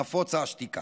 נפוצה / השתיקה.